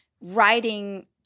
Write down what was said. writing